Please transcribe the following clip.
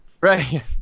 Right